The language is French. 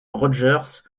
rogers